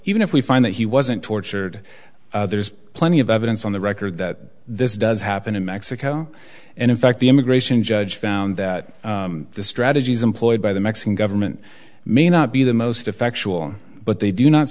even if we find that he wasn't tortured there's plenty of evidence on the record that this does happen in mexico and in fact the immigration judge found that the strategies employed by the mexican government may not be the most effectual but they do not